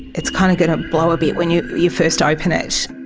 it's kind of going to blow a bit when you you first open it.